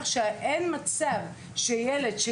אני לא מוציאה ילד מהתכנית,